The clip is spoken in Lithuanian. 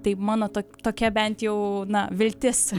tai mano to tokia bent jau na viltis